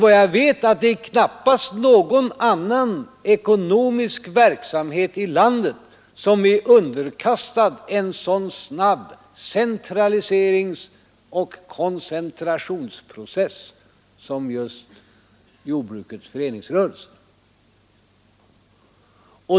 Men jag vet att knappast någon ekonomisk verksamhet i landet är underkastad en så snabb centraliseringsoch koncentrationsprocess som just jordbrukets föreningsrörelse.